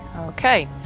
Okay